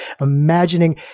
imagining